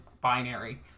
binary